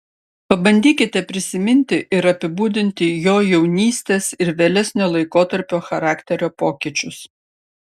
pabandykite prisiminti ir apibūdinti jo jaunystės ir vėlesnio laikotarpio charakterio pokyčius